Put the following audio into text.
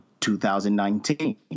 2019